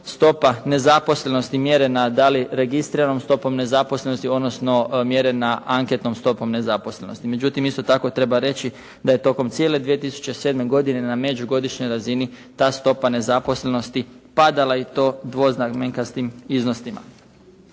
stopa nezaposlenosti mjere na da li registriranom stopom nezaposlenosti, odnosno mjere na anketnom stopom nezaposlenosti. Međutim isto tako treba reći da je tokom cijele 2007. godine na međugodišnjoj razini ta stopa nezaposlenosti padala i to dvoznamenkastim iznosima.